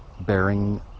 bearing